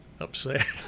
upset